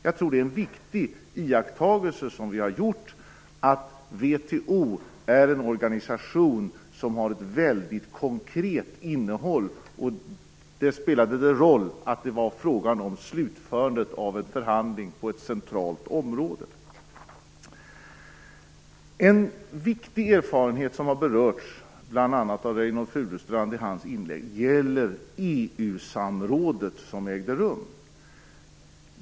Jag tror att det är en viktig iakttagelse som vi har gjort att VHO är en organisation som har ett väldigt konkret innehåll, och där spelade det roll att det var fråga om en slutförandet av en förhandling på ett centralt område. En viktig erfarenhet som har berörts bl.a. av Reynoldh Furustrand i hans inlägg gäller det EU-samråd som ägde rum.